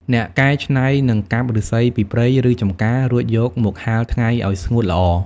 អ្នកកែច្នៃនឹងកាប់ឫស្សីពីព្រៃ ឬចម្ការ រួចយកមកហាលថ្ងៃឲ្យស្ងួតល្អ។